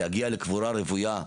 היתה בעיה כספית,